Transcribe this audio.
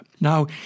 Now